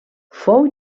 fou